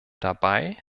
dabei